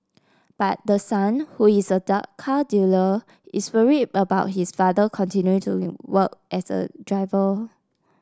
but the son who is a dark car dealer is worried about his father continuing to work as a driver